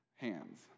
hands